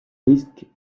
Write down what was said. risque